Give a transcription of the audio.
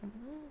ah